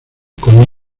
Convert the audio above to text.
con